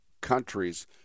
countries